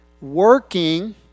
working